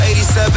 87